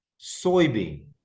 soybean